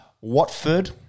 Watford